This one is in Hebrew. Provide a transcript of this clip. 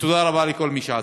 ותודה רבה לכל מי שעזר.